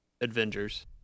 Avengers